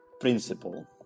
principle